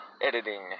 editing